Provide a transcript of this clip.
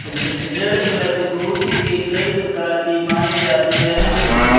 ऋण प्रतिभूती के कई प्रकार भी माने जाते रहे हैं